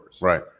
right